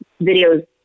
videos